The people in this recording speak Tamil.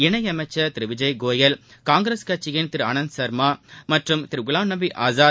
இணையமைச்சர் திரு விஜய்கோயல் காங்கிரஸ் கட்சியின் திரு ஆனந்த் சர்மா மற்றும் திரு குலாம்நபி ஆசாத்